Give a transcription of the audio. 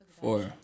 Four